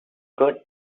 good